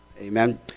Amen